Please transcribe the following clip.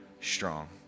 strong